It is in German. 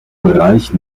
bereich